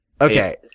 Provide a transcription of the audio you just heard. Okay